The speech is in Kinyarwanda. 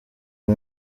uyu